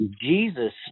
Jesus